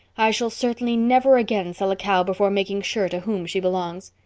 i shall certainly never again sell a cow before making sure to whom she belongs.